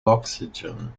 oxygen